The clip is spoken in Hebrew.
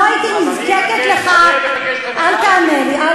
לא הייתי נזקקת לכך, אז אני אבקש, אל תענה לי.